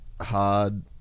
hard